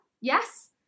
yes